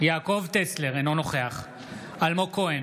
אינו נוכח אלמוג כהן,